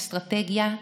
אסטרטגיה,